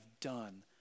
done